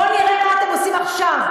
בואי נראה מה אתם עושים עכשיו,